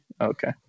Okay